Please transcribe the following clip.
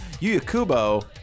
Yuyakubo